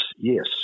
yes